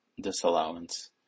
disallowance